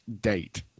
date